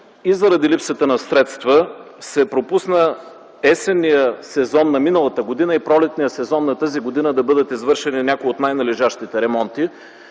и заради липсата на средства бяха пропуснати есенният сезон на миналата година и пролетният сезон на тази година, за да бъдат извършени някои от най-належащите ремонти.